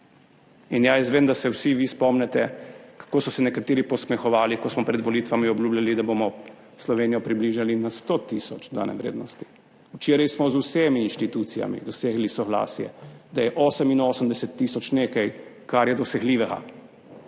In ja, jaz vem, da se vsi vi spomnite, kako so se nekateri posmehovali, ko smo pred volitvami obljubljali, da bomo Slovenijo približali na 100 tisoč dodane vrednosti. Včeraj smo z vsemi inštitucijami dosegli soglasje, da je 88 tisoč nekaj, kar je dosegljivo.